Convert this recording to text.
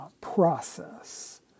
process